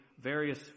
various